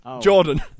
Jordan